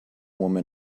woman